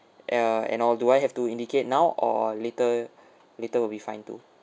err and all do I have to indicate now or later later will be fine too